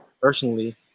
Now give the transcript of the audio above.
personally